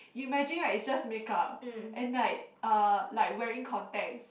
imagine right it's just makeup and like uh like wearing contacts